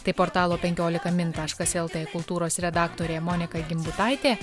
tai portalo penkiolika min taškas lt kultūros redaktorė monika gimbutaitė